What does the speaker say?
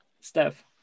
Steph